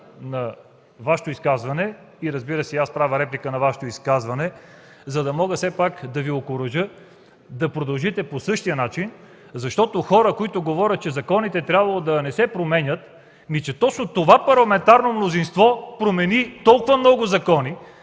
на Вашето изказване, разбира се, и аз правя реплика на Вашето изказване, за да мога да Ви окуража да продължите по същия начин. Хора, които говорят, че законите трябвало да не се променят – точно това парламентарно мнозинство промени толкова много закони